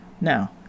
Now